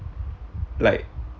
like